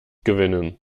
gewinnen